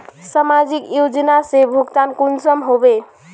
समाजिक योजना से भुगतान कुंसम होबे?